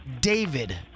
David